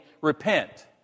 repent